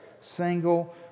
single